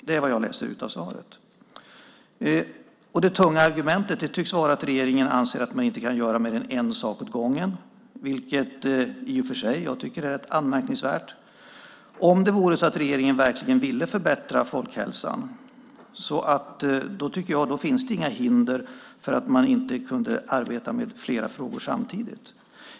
Det är vad jag läser ut av svaret. Det tunga argumentet tycks vara att regeringen anser att man inte kan göra mer än en sak åt gången, vilket jag i och för sig tycker är rätt anmärkningsvärt. Om det vore så att regeringen verkligen vill förbättra folkhälsan tycker jag inte att det finns några hinder för att arbeta med flera frågor samtidigt.